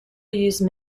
use